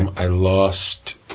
i lost,